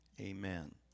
amen